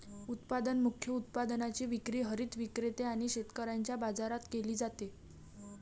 उत्पादन मुख्य उत्पादनाची विक्री हरित विक्रेते आणि शेतकऱ्यांच्या बाजारात केली जाते